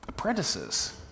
Apprentices